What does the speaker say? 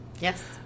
Yes